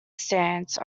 stance